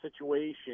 situation